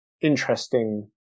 interesting